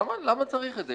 למה צריך את זה?